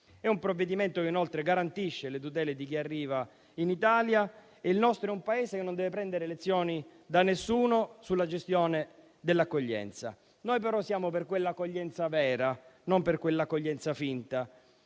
È un provvedimento che inoltre garantisce le tutele di chi arriva in Italia e il nostro è un Paese che non deve prendere lezioni da nessuno sulla gestione dell'accoglienza. Noi, però, siamo per un'accoglienza vera, non finta, per un'accoglienza con